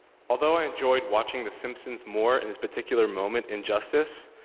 although i enjoyed watching the simpsons more in this particular moment in justice,